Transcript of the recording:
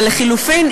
ולחלופין,